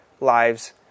lives